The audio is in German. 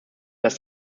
dass